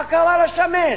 מה קרה לשמן?